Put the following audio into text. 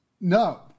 No